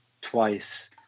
twice